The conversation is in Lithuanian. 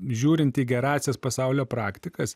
žiūrint į gerąsias pasaulio praktikas